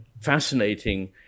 fascinating